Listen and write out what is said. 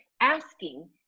asking